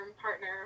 partner